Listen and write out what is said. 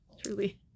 Truly